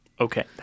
Okay